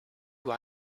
who